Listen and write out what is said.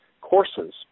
courses